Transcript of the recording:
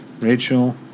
Rachel